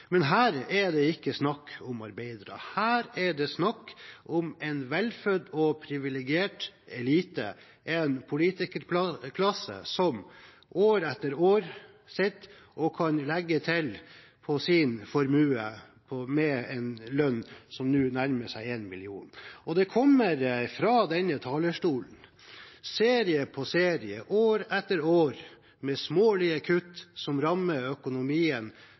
Men her er det ikke snakk om arbeidere. Her er det snakk om en velfødd og privilegert elite, en politikerklasse, som år etter år sitter og kan legge til på sin formue en lønn som nå nærmer seg en million. Det kommer fra denne talerstolen, serie på serie, år etter år, smålige kutt som rammer økonomien